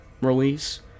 release